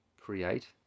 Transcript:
create